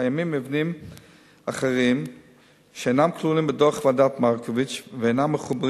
קיימים מבנים אחרים שאינם כלולים בדוח ועדת-מרקוביץ ואינם מחוברים